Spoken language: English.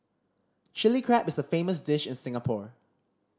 Chilli Crab is a famous dish in Singapore